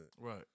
Right